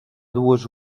dues